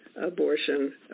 abortion